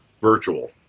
virtual